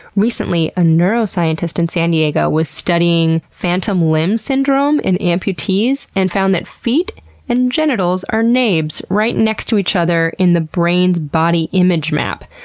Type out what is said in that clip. recently, a neuroscientist in san diego was studying phantom limb syndrome in amputees and found that feet and genitals are neighbs, right next to each other in the brain's body image map.